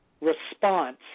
response